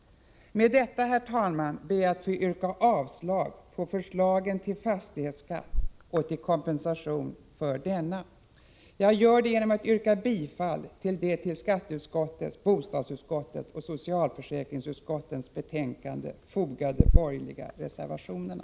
Med detta, herr talman, ber jag att få yrka avslag på förslagen till fastighetsskatt och kompensation för denna. Jag gör det genom att yrka bifall till de till skatteutskottets, bostadsutskottets och socialförsäkringsutskottets betänkanden fogade borgerliga reservationerna.